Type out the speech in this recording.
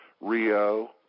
Rio